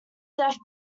death